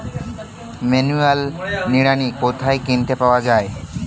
Manual নিড়ানি কোথায় কিনতে পাওয়া যায়?